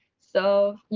so,